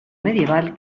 medieval